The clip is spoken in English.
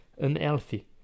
unhealthy